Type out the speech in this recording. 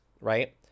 right